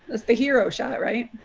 that's the hero shot, right?